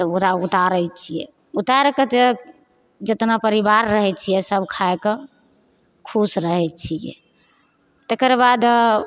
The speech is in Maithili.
तऽ ओकरा उतारैत छियै उतारि कऽ जे जेतना परिबार रहैत छियै सब खाइके खुश रहैत छियै तेकर बाद